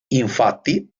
infatti